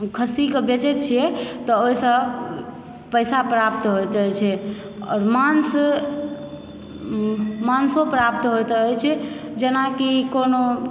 खस्सीकऽ बेचय छियै तऽ ओहिसँ पैसा प्राप्त होयत अछि आओर मांस मांसो प्राप्त होयत अछि जेनाकि कोनो